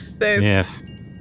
Yes